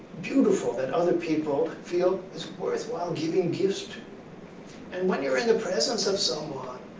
beautiful that other people feel it's worthwhile giving gifts and when you're in the presence of someone,